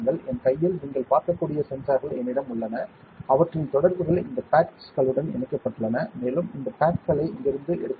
என் கையில் நீங்கள் பார்க்கக்கூடிய சென்சார்கள் என்னிடம் உள்ளன அவற்றின் தொடர்புகள் இந்த பேட்களுடன் இணைக்கப்பட்டுள்ளன மேலும் இந்த பேட்களை இங்கிருந்து எடுக்கலாம்